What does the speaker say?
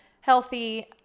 healthy